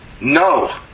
No